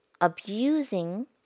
abusing